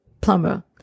plumber